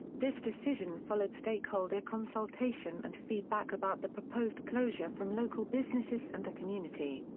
this decision followed stakeholder consultation and feedback about the proposed closure from local businesses and the community.